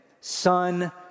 son